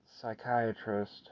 psychiatrist